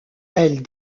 elle